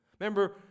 Remember